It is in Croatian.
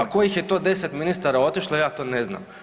A kojih je to 10 ministara otišlo ja to ne znam.